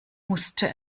musste